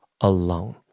alone